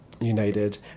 United